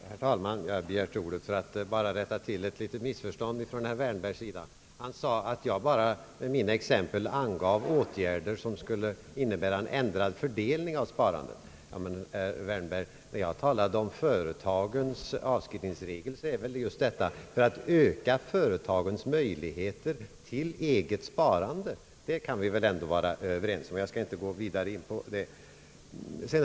Herr talman! Jag har begärt ordet för att rätta till ett litet missförstånd från herr Wärnbergs sida. Han sade att jag med mina exempel bara angav åtgärder som skulle innebära en ändrad fördelning av sparandet. Men, herr Wärnberg, när jag talade om företagens avskrivningsregler är det just för att förmånliga avskrivningsregler ökar företagens möjligheter till eget sparande — det kan vi väl vara överens om. Jag skall inte gå vidare in på det.